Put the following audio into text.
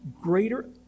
greater